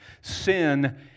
Sin